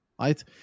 right